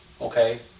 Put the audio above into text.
okay